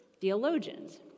theologians